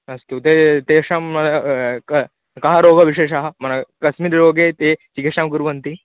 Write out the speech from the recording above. अस्तु ते तेषां कः कः रोगविशेषः मण् कस्मिन् रोगे ते चिकित्सां कुर्वन्ति